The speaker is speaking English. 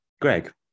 Greg